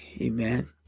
Amen